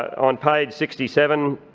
on page sixty seven,